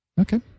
Okay